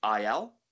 IL